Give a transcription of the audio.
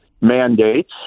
mandates